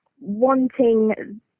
wanting